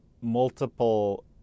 multiple